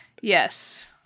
Yes